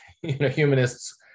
humanists